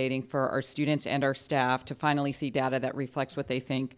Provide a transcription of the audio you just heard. ating for our students and our staff to finally see data that reflects what they think